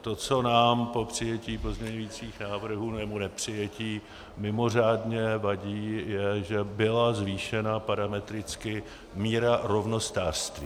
To, co nám po přijetí pozměňovacích návrhů nebo nepřijetí mimořádně vadí, je, že byla zvýšena parametricky míra rovnostářství.